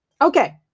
Okay